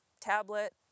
tablet